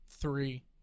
three